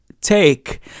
take